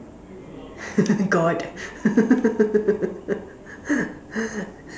god